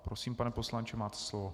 Prosím, pane poslanče, máte slovo.